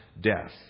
death